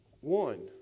one